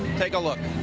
take a look.